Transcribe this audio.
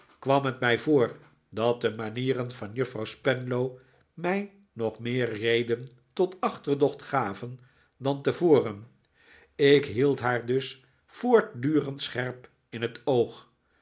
kwam het mij voor dat de manieren van juffrouw spenlow mij nog meer reden tot achterdocht gaven dan tevoren ik hield haar dus voortdurend scherp in het oog